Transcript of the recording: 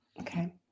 Okay